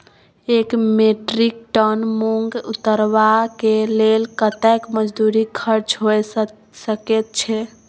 एक metric ton मूंग उतरबा के लेल कतेक मजदूरी खर्च होय सकेत छै?